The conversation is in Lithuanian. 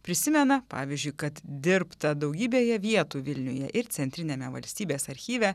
prisimena pavyzdžiui kad dirbta daugybėje vietų vilniuje ir centriniame valstybės archyve